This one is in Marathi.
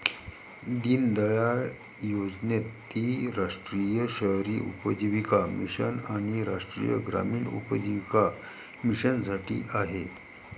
दीनदयाळ योजनेत ती राष्ट्रीय शहरी उपजीविका मिशन आणि राष्ट्रीय ग्रामीण उपजीविका मिशनसाठी आहे